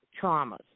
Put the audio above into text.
traumas